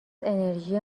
انرژی